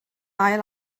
ail